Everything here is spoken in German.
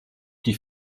die